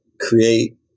create